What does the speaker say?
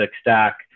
stack